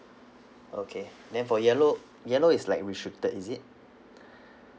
okay then for yellow yellow is like restricted is it